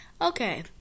Okay